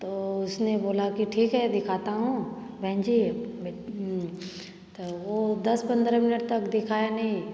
तो उसने बोला कि ठीक है दिखाता हूँ बहन जी तो वो दस पंद्रह मिनट तक दिखाया नहीं